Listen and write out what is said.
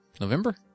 November